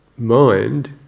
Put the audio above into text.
mind